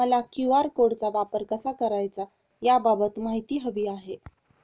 मला क्यू.आर कोडचा वापर कसा करायचा याबाबत माहिती हवी आहे